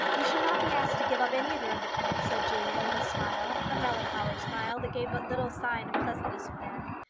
you shall not be asked to give up any of your independence, said julia, with a smile a melancholy smile, that gave but little sign of pleasantness within.